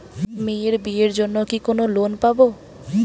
মেয়ের বিয়ের জন্য কি কোন লোন পাব?